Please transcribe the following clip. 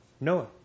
Noah